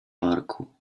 parku